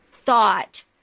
thought